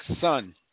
son